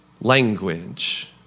language